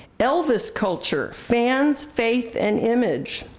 elvis culture fans, faith and image,